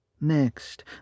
Next